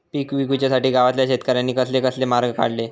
पीक विकुच्यासाठी गावातल्या शेतकऱ्यांनी कसले कसले मार्ग काढले?